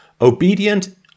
Obedient